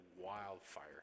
wildfire